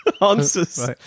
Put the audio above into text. answers